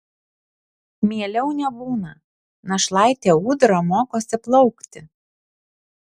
mieliau nebūna našlaitė ūdra mokosi plaukti